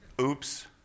Oops